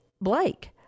Blake